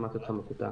שמעתי אותך מקוטע.